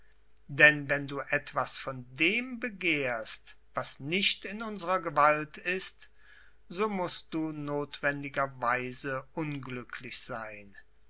denn wenn du etwas von dem begehrst was nicht in unserer gewalt ist so mußt du nothwendiger weise unglücklich sein